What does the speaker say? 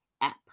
app